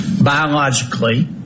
Biologically